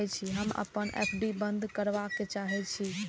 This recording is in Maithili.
हम अपन एफ.डी बंद करबा के चाहे छी